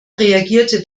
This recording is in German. reagierte